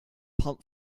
pound